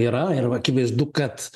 yra ir akivaizdu kad